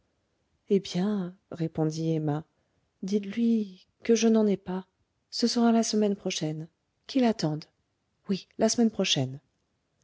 eh bien répondit emma dites-lui que je n'en ai pas ce sera la semaine prochaine qu'il attende oui la semaine prochaine